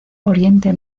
oriente